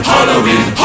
Halloween